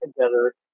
together